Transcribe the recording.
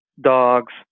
dogs